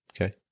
Okay